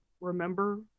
remember